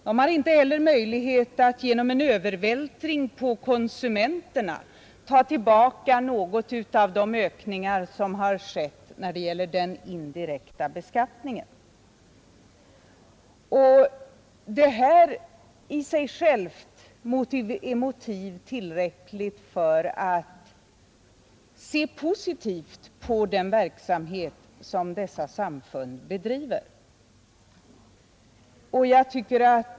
De har inte heller möjlighet att genom en övervältring på konsumenterna ta tillbaka något av de ökningar som har skett av den indirekta beskattningen. Den verksamhet som dessa samfund bedriver är i sig själv tillräckligt motiv för att man bör ställa sig positiv till lättnader.